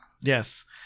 Yes